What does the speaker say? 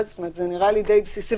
זה נראה לי די בסיסי,